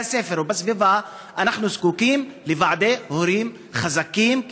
הספר ובסביבה אנחנו זקוקים לוועדי הורים חזקים.